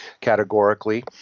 categorically